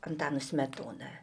antanu smetona